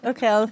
Okay